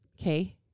Okay